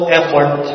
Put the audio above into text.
effort